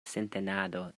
sintenado